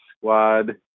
squad